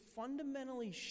fundamentally